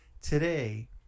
Today